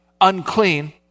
unclean